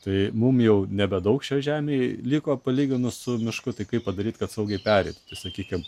tai mum jau nebedaug šioj žemėj liko palyginus su mišku tai kaip padaryt kad saugiai pereit tai sakykim